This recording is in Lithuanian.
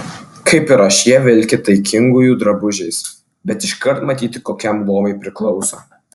kaip ir aš jie vilki taikingųjų drabužiais bet iškart matyti kokiam luomui priklauso